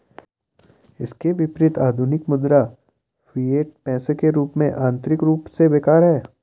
इसके विपरीत, आधुनिक मुद्रा, फिएट पैसे के रूप में, आंतरिक रूप से बेकार है